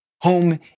Home